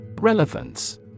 Relevance